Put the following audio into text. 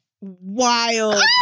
wild